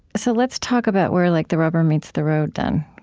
so let's talk about where like the rubber meets the road, then.